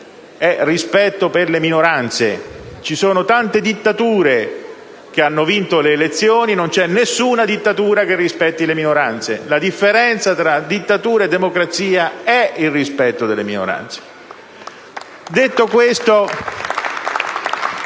rispetto per le minoranze. Ci sono tante dittature che hanno vinto le elezioni, ma non c'è nessuna dittatura che rispetti le minoranze. La differenza tra dittatura e democrazia è il rispetto delle minoranze. *(Applausi